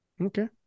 okay